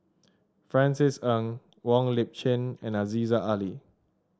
Francis Ng Wong Lip Chin and Aziza Ali